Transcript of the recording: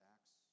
Acts